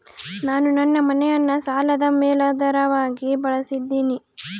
ನಾನು ನನ್ನ ಮನೆಯನ್ನ ಸಾಲದ ಮೇಲಾಧಾರವಾಗಿ ಬಳಸಿದ್ದಿನಿ